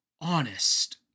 honest